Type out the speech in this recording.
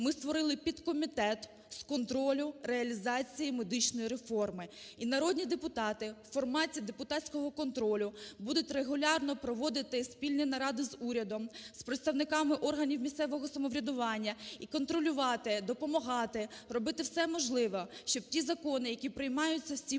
ми створили підкомітет з контролю реалізації медичної реформи, і народні депутати "Формація депутатського контролю" будуть регулярно проводити спільні наради з урядом, з представниками органів місцевого самоврядування і контролювати, допомагати робити все можливе, щоб ті закони, які приймаються у цій